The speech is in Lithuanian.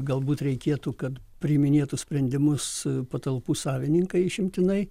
galbūt reikėtų kad priiminėtų sprendimus patalpų savininkai išimtinai